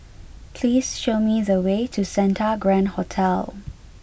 please show me the way to Santa Grand Hotel